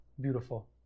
beautiful